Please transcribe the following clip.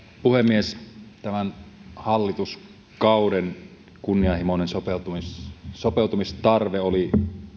puhemies tämän hallituskauden kunnianhimoinen sopeuttamistarve oli